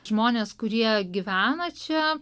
žmonės kurie gyvena čia